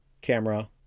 camera